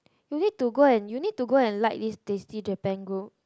you need to go and you need to go and like this tasty Japan group